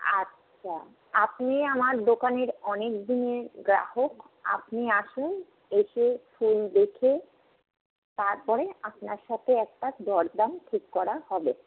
আচ্ছা আপনি আমার দোকানের অনেক দিনের গ্রাহক আপনি আসুন এসে ফুল দেখে তারপরে আপনার সাথে একটা দরদাম ঠিক করা হবে